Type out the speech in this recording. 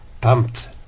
Pumped